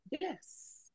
Yes